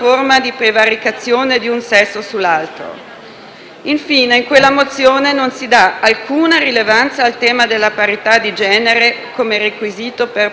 Infine, in quella mozione non si dà alcuna rilevanza al tema della parità di genere come requisito per prevenire l'insorgere della violenza.